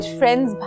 friends